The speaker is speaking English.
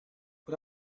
but